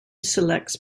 selects